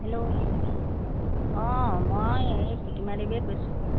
hello অঁ মই এই প্ৰতিমা দেৱীয়ে কৈছোঁ